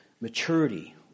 maturity